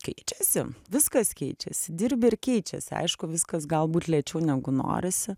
keičiasi viskas keičiasi dirbi ir keičiasi aišku viskas galbūt lėčiau negu norisi